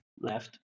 left